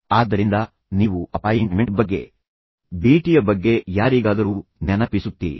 ಆದ್ದರಿಂದ ನೀವು ಅಪಾಯಿಂಟ್ಮೆಂಟ್ ಬಗ್ಗೆ ಭೇಟಿಯ ಬಗ್ಗೆ ಯಾರಿಗಾದರೂ ನೆನಪಿಸುತ್ತೀರಿ